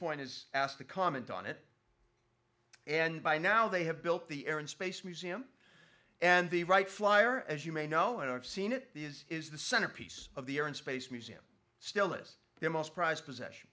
point is asked to comment on it and by now they have built the air and space museum and the wright flyer as you may know and i've seen it is is the centerpiece of the air and space museum still is their most prized possession